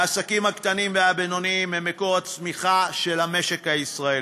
העסקים הקטנים והבינוניים הם מקור הצמיחה של המשק הישראלי.